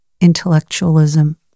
intellectualism